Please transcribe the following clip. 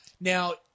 Now